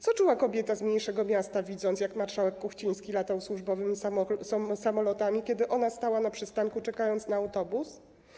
Co czuła kobieta z mniejszego miasta, widząc, jak marszałek Kuchciński latał służbowymi samolotami, kiedy ona stała na przystanku, czekając na autobus?